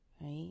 right